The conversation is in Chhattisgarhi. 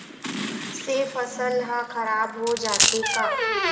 से फसल ह खराब हो जाथे का?